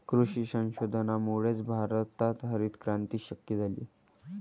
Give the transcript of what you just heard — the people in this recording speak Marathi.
कृषी संशोधनामुळेच भारतात हरितक्रांती शक्य झाली